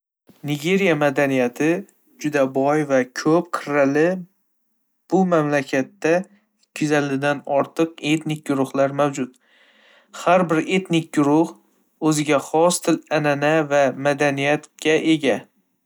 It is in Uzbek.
Nigeriya madaniyati juda boy va ko'p qirrali, bu mamlakatda ikki yuz ellik dan ortiq etnik guruhlar mavjud. Har bir etnik guruh o'ziga xos til, an'ana va madaniyatga ega.